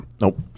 Nope